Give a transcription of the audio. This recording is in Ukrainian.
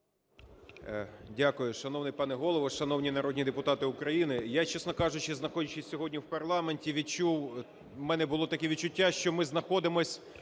Дякую. Шановний пане Голово, шановні народні депутати України! Я, чесно кажучи, знаходячись сьогодні в парламенті, відчув, у мене було таке відчуття, що ми знаходимося,